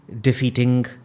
defeating